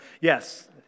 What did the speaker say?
yes